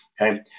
Okay